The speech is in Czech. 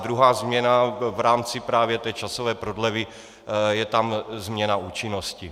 A druhá změna v rámci právě té časové prodlevy, je tam změna účinnosti.